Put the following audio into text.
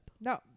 No